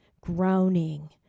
groaning